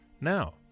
Now